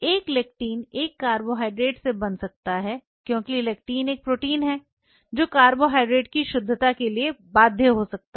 एक लेक्टिन एक कार्बोहाइड्रेट से बंध सकता है क्योंकि लेक्टिन एक प्रोटीन है जो कार्बोहाइड्रेट की शुद्धता के लिए बाध्य हो सकता है